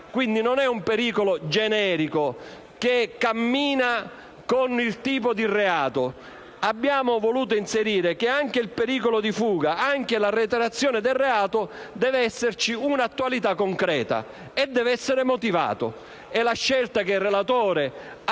quindi non un pericolo generico che cammina con il tipo di reato. Abbiamo voluto prevedere che anche per il pericolo di fuga, come per la reiterazione del reato debba esserci un'attualità concreta e debbano essere motivati. In questo senso, la scelta che il relatore ha